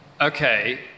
Okay